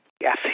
Yes